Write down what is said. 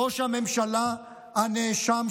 ראש הממשלה הנאשם,